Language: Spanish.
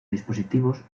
dispositivos